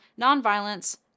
nonviolence